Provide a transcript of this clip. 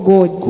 God